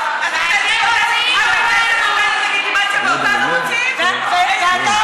הכנסת נותנת לגיטימציה ואותנו